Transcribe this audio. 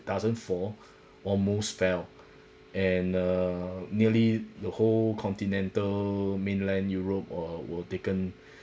doesn't fall almost fell and err nearly the whole continental mainland europe or were taken